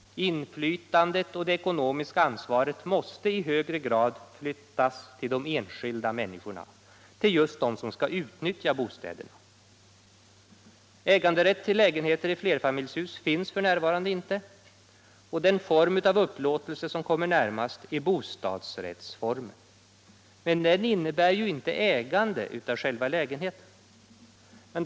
Inflytandet och det ekonomiska ansvaret måste flyttas över till de enskilda människorna, till just dem som skall utnyttja bostäderna. Äganderätt till lägenheter i flerfamiljshus finns f. n. inte. Den form av upplåtelse som kommer närmast är bostadsrättsformen. Men den innebär ju inte ägande av själva lägenheten.